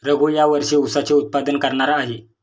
रघू या वर्षी ऊसाचे उत्पादन करणार आहे